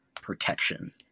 protection